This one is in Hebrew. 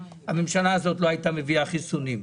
הממשלה הזאת לא הייתה מביאה חיסונים.